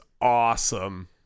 awesome